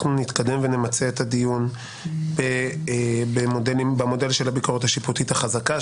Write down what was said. נתקדם ונמצה את הדיון במודל של הביקורת השיפוטית החזקה,